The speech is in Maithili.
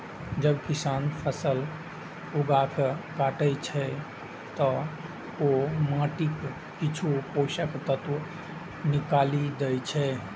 जब किसान फसल उगाके काटै छै, ते ओ माटिक किछु पोषक तत्व निकालि दै छै